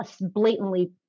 blatantly